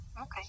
Okay